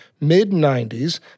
mid-90s